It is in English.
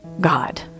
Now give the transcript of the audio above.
God